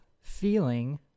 feeling